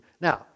Now